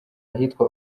ahitwa